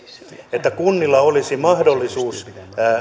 että kunnilla olisi mahdollisuus